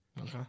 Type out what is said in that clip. Okay